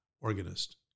organist